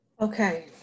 Okay